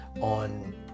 on